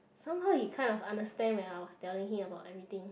somehow he kind of understand when I was telling him about everything